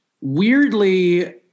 weirdly